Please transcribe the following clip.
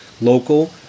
local